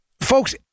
Folks